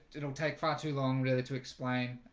it'll take far too long really to explain